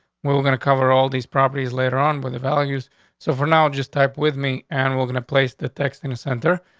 we're we're gonna cover all these properties later on with the values. so for now, just type with me and we're gonna place the text in the center.